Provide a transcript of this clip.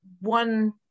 one